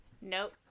Nope